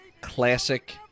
Classic